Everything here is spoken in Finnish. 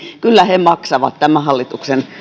kyllä maksavat tämän hallituksen